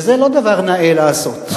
וזה לא דבר נאה לעשות.